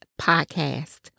Podcast